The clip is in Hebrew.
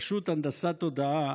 פשוט הנדסת תודעה